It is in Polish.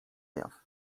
jaw